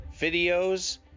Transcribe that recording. videos